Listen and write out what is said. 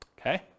okay